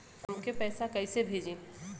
हमके पैसा कइसे भेजी?